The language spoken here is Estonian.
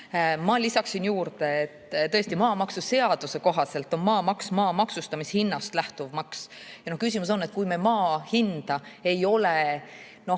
Ma lisaksin juurde, et tõesti, maamaksuseaduse kohaselt on maamaks maa maksustamise hinnast lähtuv maks. Ja mu küsimus on, et kui me maa hinda ei ole